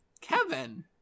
Kevin